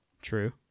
True